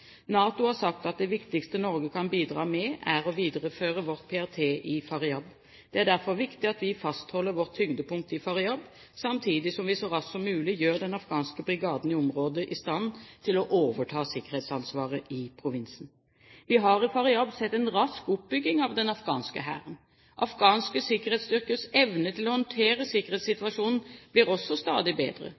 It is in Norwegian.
NATO har sagt at det viktigste Norge kan bidra med, er å videreføre vårt PRT i Faryab. Det er derfor viktig at vi fastholder vårt tyngdepunkt i Faryab samtidig som vi så raskt som mulig gjør den afghanske brigaden i området i stand til å overta sikkerhetsansvaret i provinsen. Vi har i Faryab sett en rask oppbygging av den afghanske hæren. Afghanske sikkerhetsstyrkers evne til å håndtere sikkerhetssituasjonen blir også stadig bedre.